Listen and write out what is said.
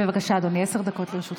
בבקשה, אדוני, עשר דקות לרשותך.